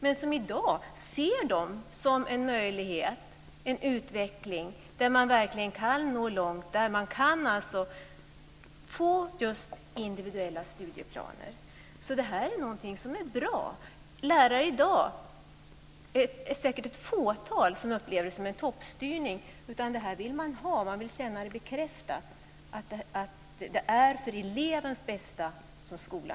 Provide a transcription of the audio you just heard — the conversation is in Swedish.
Men i dag ser de dem som en möjlighet, en utveckling, där man verkligen kan nå långt och verkligen åstadkomma individuella studieplaner. Det här är någonting som är bra. I dag är det säkert ett fåtal lärare som upplever det som en toppstyrning, utan det här är något som man vill ha. Man vill få det bekräftat att skolan är till för elevens bästa.